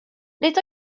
nid